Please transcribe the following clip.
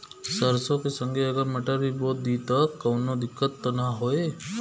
सरसो के संगे अगर मटर भी बो दी त कवनो दिक्कत त ना होय?